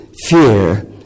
fear